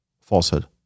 falsehood